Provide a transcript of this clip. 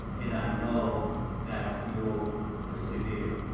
and i know that you will persevere.